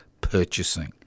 purchasing